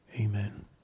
Amen